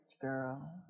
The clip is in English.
Girl